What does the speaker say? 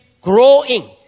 growing